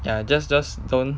ya just just don't